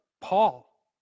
Paul